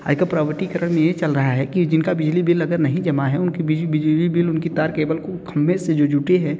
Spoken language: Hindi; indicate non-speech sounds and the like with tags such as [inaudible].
[unintelligible] प्राइवेटिकरण ये चल रहा है कि जिनका बिजली बिल अगर नहीं जमा है उनकी बिजली बिल उनकी तार केबल को खंभे से जो जुटे है